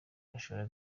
gashora